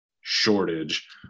shortage